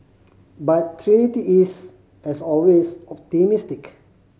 but Trinity is as always optimistic